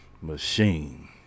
machine